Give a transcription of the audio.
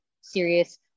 serious